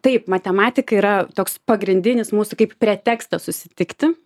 taip matematika yra toks pagrindinis mūsų kaip pretekstas susitikti